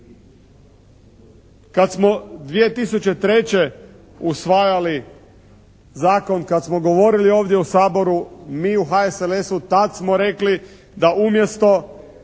Kad smo 2003. usvajali zakon, kad smo govorili ovdje u Saboru, mi u HSLS-u tad smo rekli da umjesto